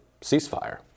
ceasefire